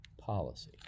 policy